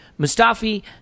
mustafi